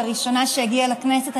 הראשונה שהגיעה לכנסת.